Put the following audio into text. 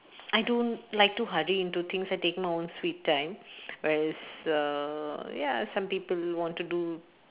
I don't like to hurry into things and take my own sweet time whereas err ya some people want to do